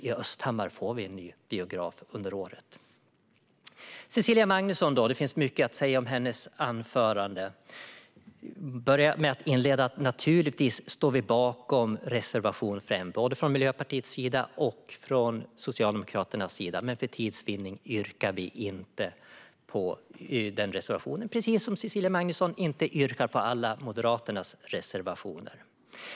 I Östhammar får vi en ny biograf under året. Det finns mycket att säga om Cecilia Magnussons anförande. Jag vill inleda med att säga att vi, både från Miljöpartiets sida och från Socialdemokraternas sida, naturligtvis står bakom reservation 5, men för tids vinnande yrkar vi inte bifall till den, precis som Cecilia Magnusson inte yrkar bifall till alla Moderaternas reservationer.